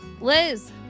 Liz